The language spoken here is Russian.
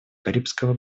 карибского